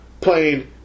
playing